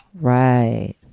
right